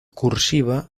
cursiva